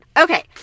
Okay